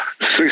six